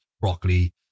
broccoli